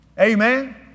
Amen